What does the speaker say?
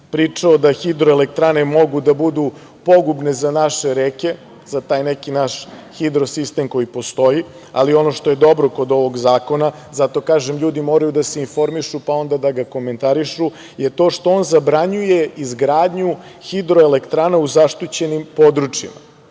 pričao da hidroelektrane mogu da budu pogubne za naše reke, za taj neki naš hidrosistem koji postoji, ali ono što je dobro kod ovog zakona, zato kažem – ljudi moraju da se informišu, pa onda da ga komentarišu, je to što on zabranjuje izgradnju hidroelektrana u zaštićenim područjima. Sada